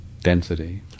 density